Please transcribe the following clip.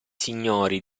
signori